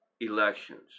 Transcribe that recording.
elections